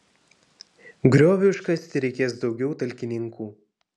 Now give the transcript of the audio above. grioviui iškasti reikės daugiau talkininkų